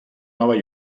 nova